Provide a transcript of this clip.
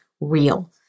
real